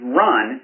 run